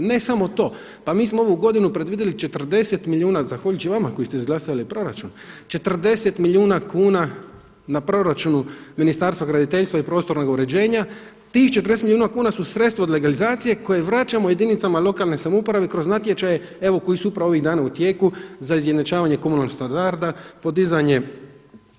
Ne samo to, pa mi smo ovu godinu predvidjeli 40 milijuna zahvaljujući vama koji ste izglasali proračun, 40 milijuna kuna na proračunu Ministarstva graditeljstva i prostornog uređenja tih 40 milijuna kuna su sredstva od legalizacije koje vraćamo jedinicama lokalne samouprave kroz natječaje koji su upravo ovih dana u tijeku za izjednačavanje komunalnog standarda, podizanje